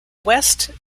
west